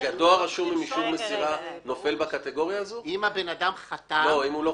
דואר רשום עם אישור מסירה נופל בקטגוריה הזאת אם הוא לא חתם?